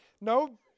No